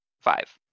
five